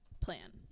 plan